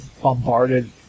bombarded